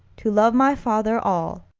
to love my father all.